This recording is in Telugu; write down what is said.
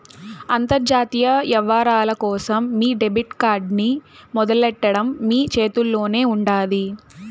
అంతర్జాతీయ యవ్వారాల కోసం మీ డెబిట్ కార్డ్ ని మొదలెట్టడం మీ చేతుల్లోనే ఉండాది